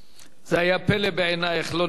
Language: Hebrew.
זה היה פלא בעיני איך לא נרשמת,